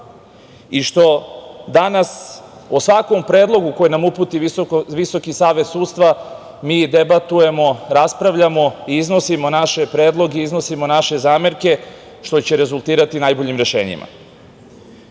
i što danas o svakom predlogu koji nam uputi Visoki savet sudstva mi debatujemo, raspravljamo i iznosimo naše predloge, iznosimo naše zamerke, što će rezultirati najboljim rešenjima.